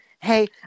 hey